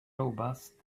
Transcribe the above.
robust